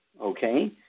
okay